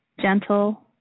gentle